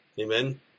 Amen